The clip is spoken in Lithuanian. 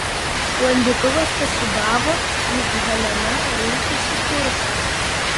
sklandytuvas pasiūbavo lyg helena rinktųsi kursą